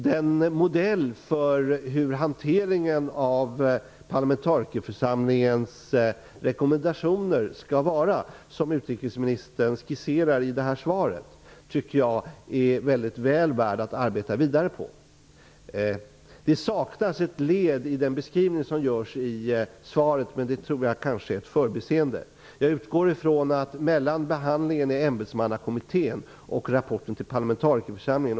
Den modell för hur hanteringen av parlamentarikerförsamlingens rekommendationer skall se ut som utrikesministern skisserade i sitt svar är väl värd att arbeta vidare på. Ett led saknas dock i den beskrivning som görs i svaret, men jag tror att det kanske är ett förbiseende. Jag utgår från att det också skall ligga en behandling i ministerrådet mellan behandlingen i ämbetsmannakommittén och rapporten till parlamentarikerförsamlingen.